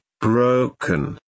broken